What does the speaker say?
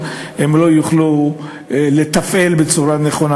הם לא יוכלו לפעול בצורה נכונה.